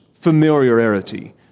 familiarity